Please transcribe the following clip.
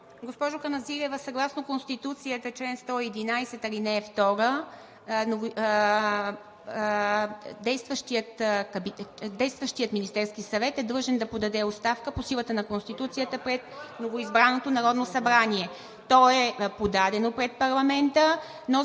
Госпожо Каназирева, съгласно Конституцията – чл. 111, ал. 2, действащият Министерски съвет е длъжен да подаде оставка по силата на Конституцията пред новоизбраното Народно събрание. (Реплики от ГЕРБ-СДС.) То е подадено пред парламента, но